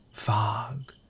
Fog